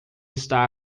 está